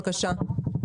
בבקשה.